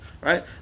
right